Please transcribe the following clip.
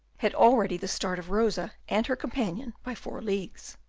had already the start of rosa and her companion by four leagues.